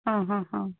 ਹਾਂ ਹਾਂ ਹਾਂ